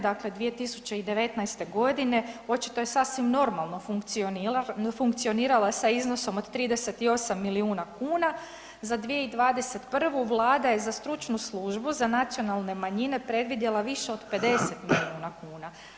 Dakle, 2019.g. očito je sasvim normalno funkcionirala sa iznosom od 38 milijuna kuna, za 2021. vlada je za Stručnu službu za nacionalne manjine predvidjela više od 50 milijuna kuna.